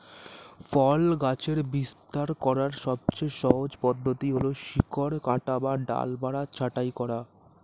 ফল গাছের বিস্তার করার সবচেয়ে সহজ পদ্ধতি হল শিকড় কাটা বা ডালপালা ছাঁটাই করা